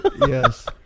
yes